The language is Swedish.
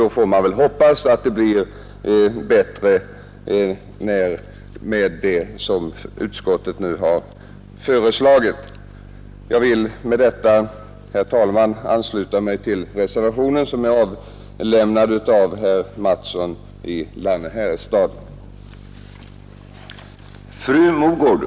Då får man väl hoppas att förhållandena skall bli bättre genom det som utskottet nu har anfört. Jag vill med det anförda, herr talman, ansluta mig till reservationen A 1 av herr Mattsson i Lane-Herrestad m.fl.